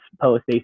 post